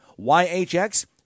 YHX